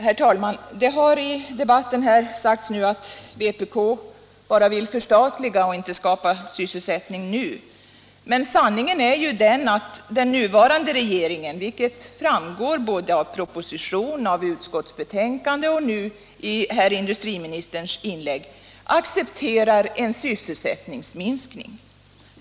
Herr talman! Det har i debatten sagts att vpk bara vill förstatliga och inte skapa sysselsättning nu, men sanningen är ju den att den nuvarande regeringen, vilket framgår såväl av proposition och utskottsbetänkande som av industriministerns inlägg, accepterar en sysselsättningsminskning.